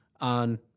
on